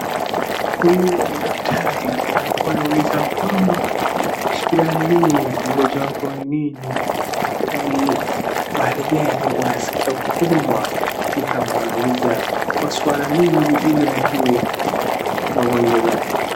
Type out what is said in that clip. Huyu ni daktari alikuwa anauliza mama shida ni nini? ugonjwa wako ni nini? yaani mahali gani unaskia kuuma? ni kama anauliza maswali mengi ili ajue magonjwa zake.